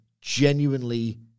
genuinely